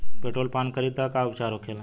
Petrol पान करी तब का उपचार होखेला?